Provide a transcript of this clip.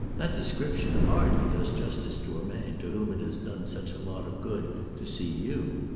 that description hardly does justice to a man to whom it has done such a lot of good to see you.